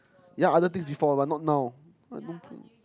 ya other things before but not now I don't care